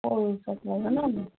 ঠিক আছে মানে